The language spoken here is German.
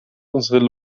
unsere